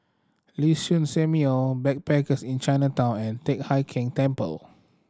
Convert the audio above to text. Liuxun Sanhemiao Backpackers Inn Chinatown and Teck Hai Keng Temple